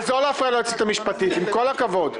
אז לא להפריע ליועצת המשפטית, עם כל הכבוד.